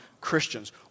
Christians